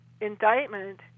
indictment